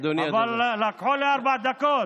אבל לקחו לי ארבע דקות.